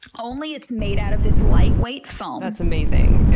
only it's made out of this lightweight foam. that's amazing.